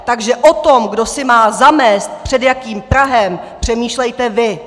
Takže o tom, kdo si má zamést před jakým prahem, přemýšlejte vy.